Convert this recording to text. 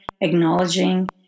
acknowledging